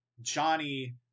Johnny